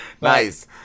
nice